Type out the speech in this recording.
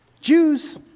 Jews